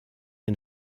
den